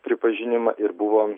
pripažinimą ir buvo